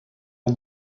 did